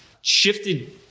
shifted